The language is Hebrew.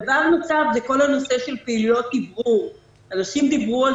דבר נוסף הוא כל הנושא של פעילויות אוורור אנשים דיברו על